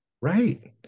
Right